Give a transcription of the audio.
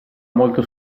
molto